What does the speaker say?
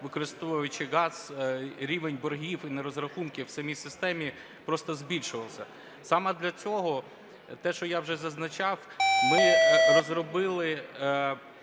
використовуючи газ, рівень боргів і нерозрахунків в самій системі просто збільшувався. Саме для цього те, що я вже зазначав, ми розробили